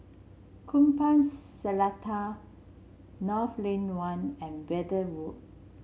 Kupang Seletar North Lane One and Verde Walk